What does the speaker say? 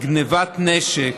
גנבת נשק